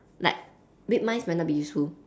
like read minds might not be useful